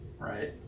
Right